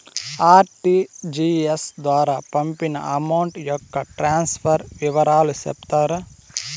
RTGS ద్వారా పంపిన amount యొక్క ట్రాన్స్ఫర్ వివరాలు సెప్తారా